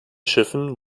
schiffen